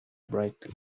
brightly